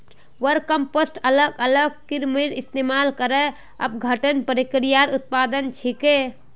vermicompost अलग अलग कृमिर इस्तमाल करे अपघटन प्रक्रियार उत्पाद छिके